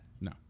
No